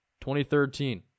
2013